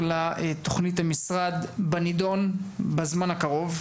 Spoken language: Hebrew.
לה את תוכנית המשרד בנידון בזמן הקרוב.